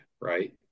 right